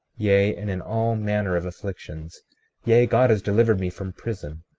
yea, and in all manner of afflictions yea, god has delivered me from prison,